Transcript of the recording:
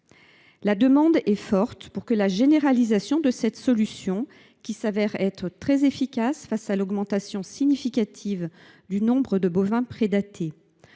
demande en faveur de la généralisation de cette solution, qui s’avère très efficace face à l’augmentation significative du nombre de bovins prédatés